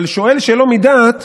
אבל השואל שלא מדעת